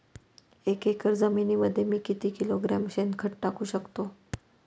एक एकर जमिनीमध्ये मी किती किलोग्रॅम शेणखत टाकू शकतो?